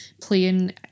playing